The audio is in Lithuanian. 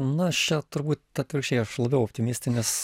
na aš čia turbūt atvirkščiai aš labiau optimistinis